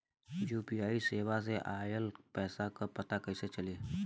UPI सेवा से ऑयल पैसा क पता कइसे चली?